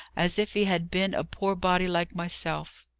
as if he had been a poor body like myself.